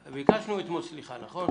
ביקשנו אתמול סליחה, נכון?